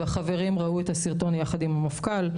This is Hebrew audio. והחברים ראו את הסרטון יחד עם המפכ"ל.